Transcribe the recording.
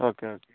okay okay